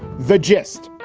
the gist.